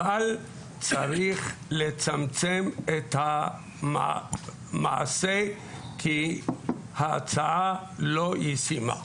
אבל צריך לצמצם את המעשה כי ההצעה לא ישימה.